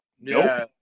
nope